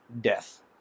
death